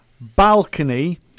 balcony